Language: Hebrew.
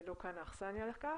לא כאן האכסניה לכך.